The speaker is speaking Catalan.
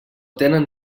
tenen